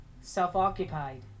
self-occupied